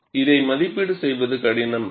இதை மதிப்பீடு செய்வது கடினம்